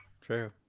true